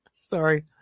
Sorry